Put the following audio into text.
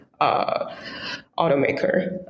automaker